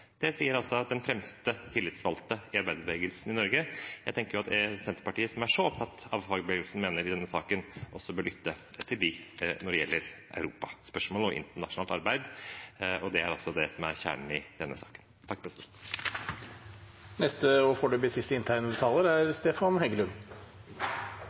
Det sier altså den fremste tillitsvalgte i arbeiderbevegelsen i Norge. Jeg tenker at Senterpartiet, som er så opptatt av hva fagbevegelsen mener i denne saken, også bør lytte til dem når det gjelder Europa-spørsmål og internasjonalt arbeid, og det er altså det som er kjernen i denne saken.